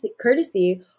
courtesy